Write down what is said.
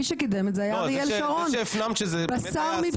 מי שקידם את זה, זה היה אריאל שרון.